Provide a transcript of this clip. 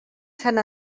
sant